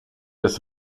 des